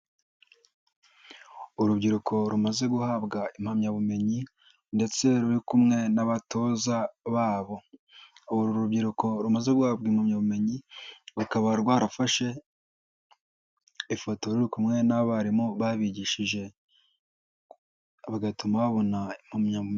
Urubyiruko rumaze guhabwa impamyabumenyi ndetse ruri kumwe n'abatoza babo, uru rubyiruko rumaze guhabwa impamyabumenyi rukaba rwarafashe ifotori kumwe n'abarimu babigishije, bigatuma babona impamyabumenye.